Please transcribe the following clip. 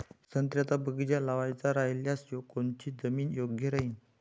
संत्र्याचा बगीचा लावायचा रायल्यास कोनची जमीन योग्य राहीन?